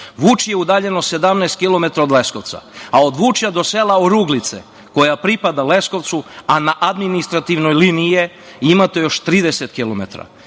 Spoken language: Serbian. Vučije je udaljeno 17 kilometara od Leskovca, a od Vučja do sela Oruglice, koja pripada Leskovcu, a na administrativnoj liniji je, imate još 30